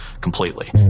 completely